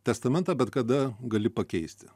testamentą bet kada gali pakeisti